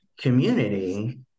community